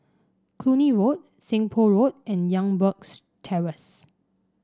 Cluny Road Seng Poh Road and Youngberg's Terrace